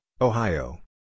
Ohio